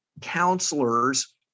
counselors